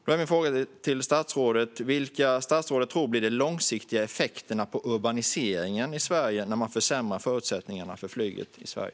Min fråga till statsrådet är: Vilka långsiktiga effekter på urbaniseringen i Sverige tror statsrådet att det blir när man försämrar förutsättningarna för flyget i Sverige?